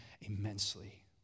immensely